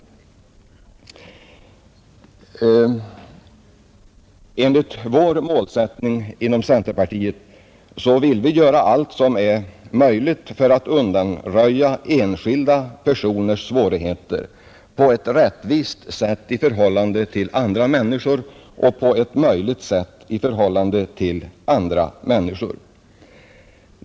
Enligt vår målsättning inom centerpartiet vill vi göra allt som är möjligt för att undanröja enskilda personers svårigheter på ett rättvist sätt i förhållande till andra människor.